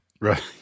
Right